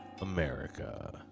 America